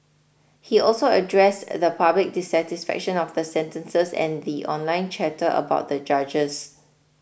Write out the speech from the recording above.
he also addressed the public dissatisfaction of the sentences and the online chatter about the judges